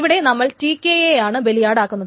ഇവിടെ നമ്മൾ Tk യെയാണ് ബലിയാടാക്കുന്നത്